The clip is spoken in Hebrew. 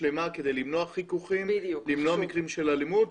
שלימה כדי למנוע חיכוכים ומקרים של אלימות.